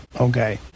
okay